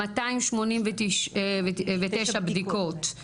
289 בדיקות,